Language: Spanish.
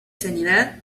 sanidad